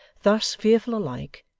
thus fearful alike,